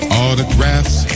Autographs